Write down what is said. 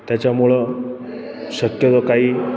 त्याच्यामुळं शक्यतो काही